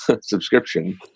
Subscription